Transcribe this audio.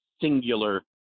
singular